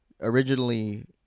originally